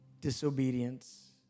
disobedience